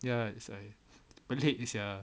ya it's uh pelik sia